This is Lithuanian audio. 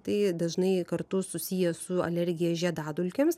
tai dažnai kartu susiję su alergija žiedadulkėms